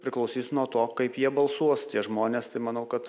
priklausys nuo to kaip jie balsuos tie žmonės tai manau kad